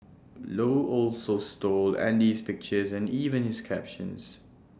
low also stole Andy's pictures and even his captions